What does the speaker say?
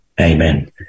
amen